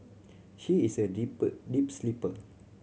she is a deep deep sleeper